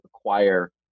acquire